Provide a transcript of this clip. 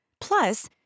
Plus